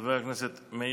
חבר הכנסת עפר שלח, תודה רבה.